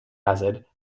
hazard